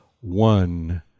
one